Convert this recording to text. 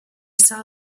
saw